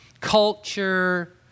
culture